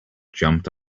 jumped